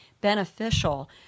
beneficial